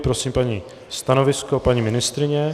Prosím stanovisko paní ministryně.